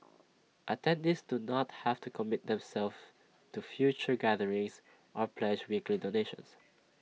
attendees do not have to commit themselves to future gatherings or pledge weekly donations